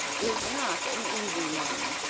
is not an easy one.